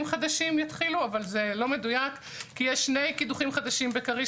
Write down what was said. חדשים יתחילו אבל זה לא מדויק כי יש שני קידוחים חדשים בכריש